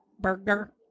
Burger